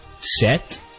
set